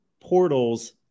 portals